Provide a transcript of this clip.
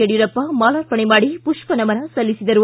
ಯಡಿಯೂರಪ್ಪ ಮಾಲಾರ್ಪಣೆ ಮಾಡಿ ಪುಷ್ಪ ನಮನ ಸಲ್ಲಿಸಿದರು